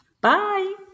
bye